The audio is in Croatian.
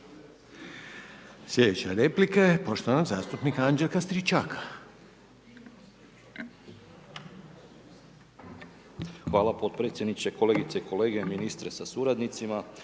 Slijedeća replika, poštovana zastupnika Anđelka Stričaka. **Stričak, Anđelko (HDZ)** Hvala podpredsjedniče, kolegice i kolege, ministre sa suradnicima,